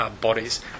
bodies